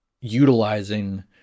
utilizing